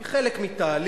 היא חלק מתהליך,